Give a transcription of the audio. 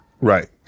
Right